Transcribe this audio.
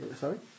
Sorry